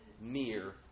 mere